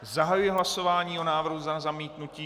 Zahajuji hlasování o návrhu na zamítnutí.